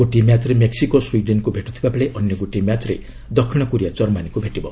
ଗୋଟିଏ ମ୍ୟାଚ୍ରେ ମେକ୍ୱିକୋ ସ୍ୱିଡେନ୍କୁ ଭେଟୁଥିବାବେଳେ ଅନ୍ୟ ଗୋଟିଏ ମ୍ୟାଚ୍ରେ ଦକ୍ଷିଣ କୋରିଆ କର୍ମାନୀକୁ ଭେଟିବ